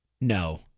no